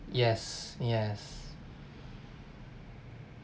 yes yes